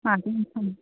माजों थांनो